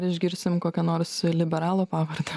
išgirsim kokią nors liberalų pavardę